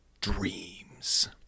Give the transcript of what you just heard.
dreams